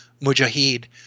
mujahid